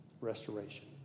Restoration